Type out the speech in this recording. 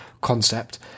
concept